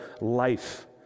life